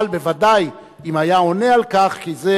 אבל בוודאי, אם היה עונה על כך, אנחנו,